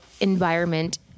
environment